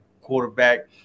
quarterback